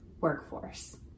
workforce